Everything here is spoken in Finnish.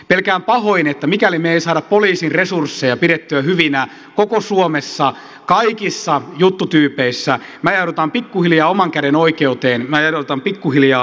pelkään pahoin että mikäli me emme saa poliisin resursseja pidettyä hyvinä koko suomessa kaikissa juttutyypeissä me ajaudumme pikkuhiljaa oman käden oikeuteen me ajaudumme pikkuhiljaa laittomuuden tilaan